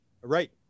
right